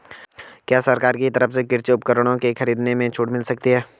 क्या सरकार की तरफ से कृषि उपकरणों के खरीदने में छूट मिलती है?